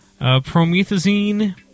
promethazine